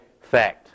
fact